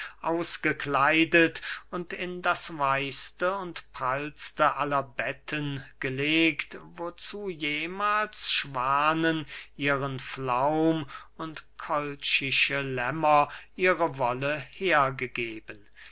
ausgekleidet und in das weichste und prallste aller betten gelegt wozu jemahls schwanen ihren flaum und kolchische lämmer ihre wolle hergegeben